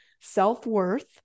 self-worth